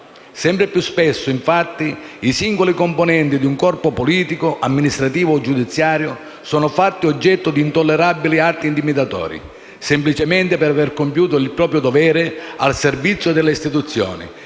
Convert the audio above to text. Sempre più spesso, infatti, i singoli componenti di un corpo politico, amministrativo o giudiziario sono fatti oggetto di intollerabili atti intimidatori, semplicemente per aver compiuto il proprio dovere al servizio delle istituzioni,